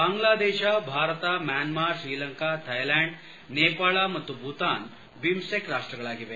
Bangladesh Bharat Myanmar Sri Lanka Thailand Nepal ಮತ್ತು Bhutan BIMSTEC ರಾಷ್ಟಗಳಾಗಿವೆ